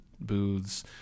booths